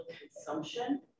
consumption